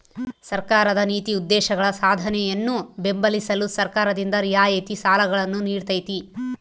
ಸರ್ಕಾರದ ನೀತಿ ಉದ್ದೇಶಗಳ ಸಾಧನೆಯನ್ನು ಬೆಂಬಲಿಸಲು ಸರ್ಕಾರದಿಂದ ರಿಯಾಯಿತಿ ಸಾಲಗಳನ್ನು ನೀಡ್ತೈತಿ